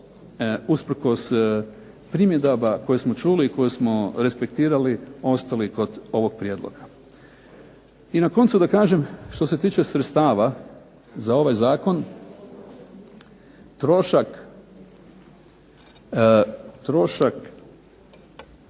usprkos primjedaba koje smo čuli, koje smo respektirali ostali kod ovog prijedloga. I na koncu da kažem što se tiče sredstava, za ovaj Zakon trošak